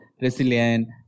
resilient